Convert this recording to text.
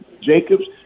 Jacobs